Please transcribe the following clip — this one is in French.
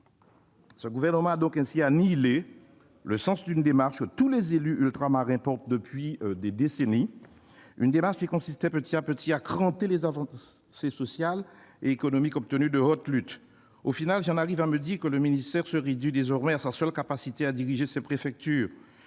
Ce gouvernement a ainsi annihilé le sens d'une démarche que tous les élus ultramarins portent depuis des décennies. Cette démarche consistait à cranter petit à petit les avancées sociales et économiques obtenues de haute lutte. Au final, j'en arrive à me dire que le ministère se réduit désormais à sa seule capacité à diriger ses préfectures.